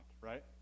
right